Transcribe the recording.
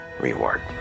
reward